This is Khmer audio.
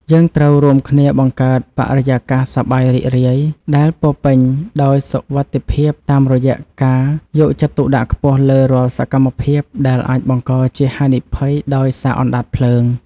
យើងត្រូវរួមគ្នាបង្កើតបរិយាកាសសប្បាយរីករាយដែលពោរពេញដោយសុវត្ថិភាពតាមរយៈការយកចិត្តទុកដាក់ខ្ពស់លើរាល់សកម្មភាពដែលអាចបង្កជាហានិភ័យដោយសារអណ្តាតភ្លើង។